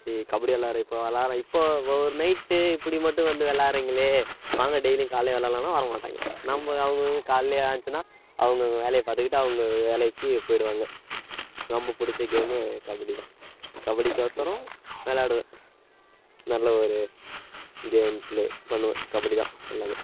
சரி கபடி விளாட்ற இப்போது விளாடலாம் இப்போ ஒரு நைட்டு இப்படி மட்டும் வந்து விளாட்றீங்களே வாங்க டெய்லி காலையில் விளாட்லான்னா வர்ற மாட்டாங்க நம்ம அவங்க காலையில் ஆச்சுன்னா அவங்க வேலையை பார்த்துக்கிட்டு அவங்க வேலைக்கு போய்டுவாங்க ரொம்ப பிடிச்ச கேமு கபடி தான் கபடிக்கு ஒசரம் விளாடுவேன் நல்ல ஒரு கேம் பிளே பண்ணுவேன் கபடி தான் எல்லாம்